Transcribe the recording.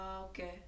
okay